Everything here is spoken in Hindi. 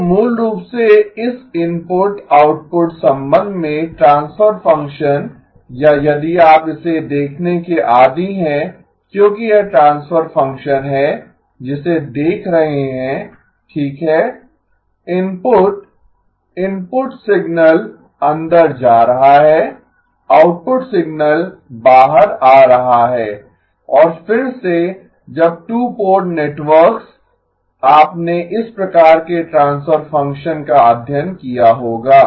तो मूल रूप से इस इनपुट आउटपुट संबंध में ट्रांसफर फ़ंक्शन या यदि आप इसे देखने के आदी हैं क्योंकि यह ट्रांसफर फ़ंक्शन है जिसे देख रहे हैं ठीक है इनपुट इनपुट सिग्नल अंदर जा रहा है आउटपुट सिग्नल बाहर आ रहा है और फिर से जब टू पोर्ट नेटवर्क्स आपने इस प्रकार के ट्रांसफर फ़ंक्शंस का अध्ययन किया होगा